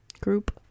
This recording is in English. group